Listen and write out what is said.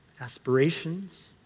aspirations